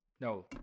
No